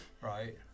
Right